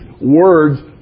words